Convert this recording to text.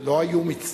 לא היו,